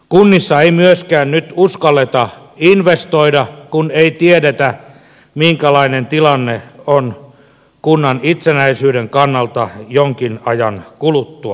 kunnissa ei myöskään nyt uskalleta investoida kun ei tiedetä minkälainen tilanne on kunnan itsenäisyyden kannalta jonkin ajan kuluttua